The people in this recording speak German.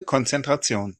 konzentration